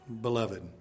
beloved